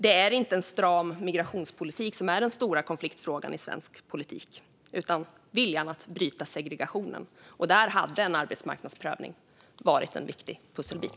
Det är inte en stram migrationspolitik som är den stora konfliktfrågan i svensk politik utan viljan att bryta segregationen. Där hade en arbetsmarknadsprövning varit en viktig pusselbit.